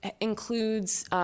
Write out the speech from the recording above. includes